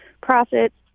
profits